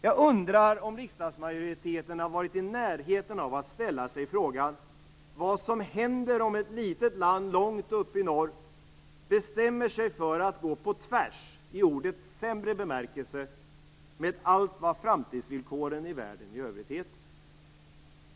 Jag undrar om riksdagsmajoriteten har varit i närheten av att ställa sig frågan vad som händer om ett litet land långt uppe i norr bestämmer sig för att gå på tvärs, i ordets sämre bemärkelse, med allt vad framtidsvillkoren i världen i övrigt heter.